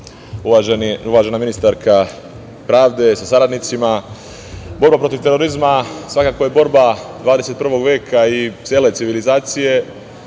uvažena ministarka pravde sa saradnicima, borba protiv terorizma svakako je borba 21. veka i cele civilizacije